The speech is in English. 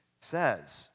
says